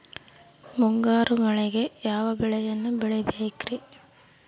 ಮುಂಗಾರು ಮಳೆಗೆ ಯಾವ ಬೆಳೆಯನ್ನು ಬೆಳಿಬೇಕ್ರಿ?